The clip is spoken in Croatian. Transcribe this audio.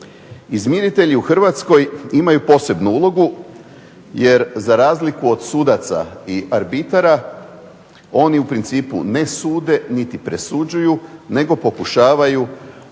Izmiritelji u Hrvatskoj imaju posebnu ulogu, jer za razliku od sudaca i arbitara oni u principu ne sude niti presuđuju, nego pokušavaju upravo